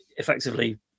effectively